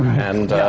and